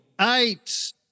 eight